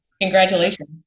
Congratulations